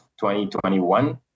2021